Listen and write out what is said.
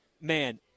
man